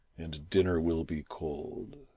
and dinner will be cold.